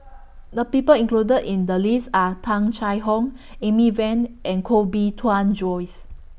The People included in The list Are Tung Chye Hong Amy Van and Koh Bee Tuan Joyce